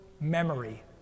memory